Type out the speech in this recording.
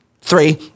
Three